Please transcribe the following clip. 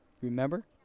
Remember